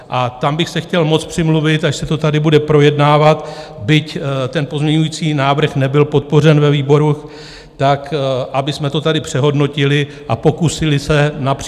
A tam bych se chtěl moc přimluvit, až se to tady bude projednávat, byť ten pozměňující návrh nebyl podpořen ve výboru, tak abychom to tady přehodnotili a pokusili se napříč